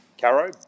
Caro